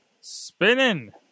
Spinning